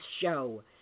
Show